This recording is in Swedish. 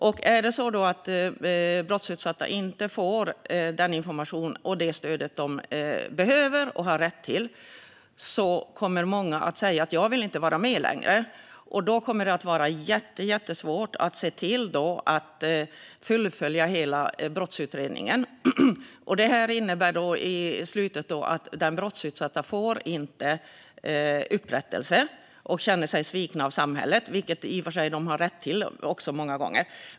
Om de brottsutsatta inte får den information och det stöd de behöver och har rätt till kommer många att säga att de inte vill vara med längre. Då blir det jättesvårt att se till att fullfölja hela brottsutredningen. Till slut får inte de brottsutsatta upprättelse, vilket de många gånger har rätt till, och de känner sig svikna av samhället.